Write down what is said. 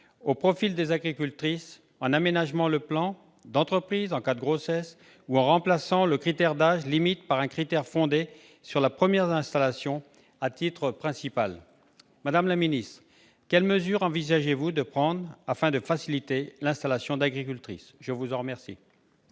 au profil des agricultrices, en aménageant le plan d'entreprise en cas de grossesse, ou en remplaçant le critère d'âge limite par un critère fondé sur la notion de première installation à titre principal. Madame la secrétaire d'État, quelles mesures envisagez-vous de prendre afin de faciliter l'installation des agricultrices ? La parole est